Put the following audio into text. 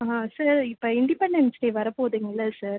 ஆ sir இப்போ independence day வரப் போதுங்கள்லே சார்